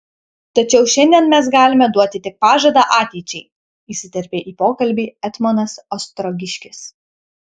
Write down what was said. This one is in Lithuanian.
tačiau šiandien mes galime duoti tik pažadą ateičiai įsiterpė į pokalbį etmonas ostrogiškis